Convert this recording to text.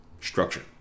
structure